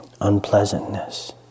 Unpleasantness